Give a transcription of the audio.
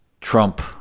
Trump